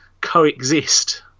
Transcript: coexist